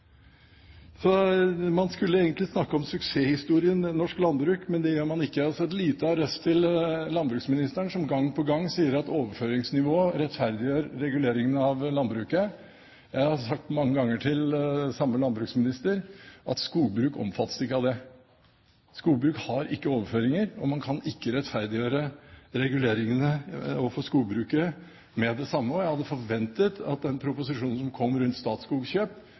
Man skulle egentlig snakket om suksesshistorien norsk landbruk, men det gjør man ikke. For å arrestere landbruksministeren, som gang på gang sier at overføringsnivået rettferdiggjør reguleringene av landbruket: Jeg har sagt mange ganger til den samme landbruksministeren at skogbruk ikke omfattes av det. Skogbruk har ikke overføringer, og man kan ikke rettferdiggjøre reguleringene overfor skogbruket med det samme. Jeg hadde forventet at den proposisjonen som kom rundt